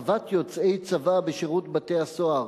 (הצבת יוצאי צבא בשירות בתי-הסוהר),